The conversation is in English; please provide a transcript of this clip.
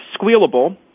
squealable